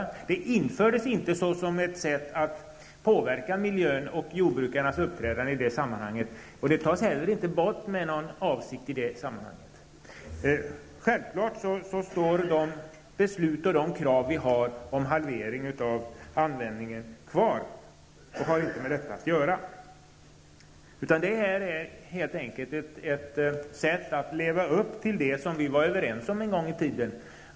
Avgifterna infördes inte såsom ett sätt att påverka miljön och jordbrukarnas uppträdande i sammanhanget, och de sänks heller inte med någon sådan avsikt. Självfallet står våra krav på en halvering av användningen kvar. De har inte med detta att göra. Detta är helt enkelt ett sätt att leva upp till det som vi var överens om en gång i tiden.